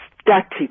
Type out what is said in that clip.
static